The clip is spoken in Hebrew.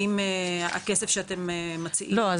האם הכסף שאתם מציעים לקופה --- לא,